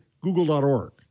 Google.org